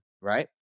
right